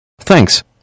Thanks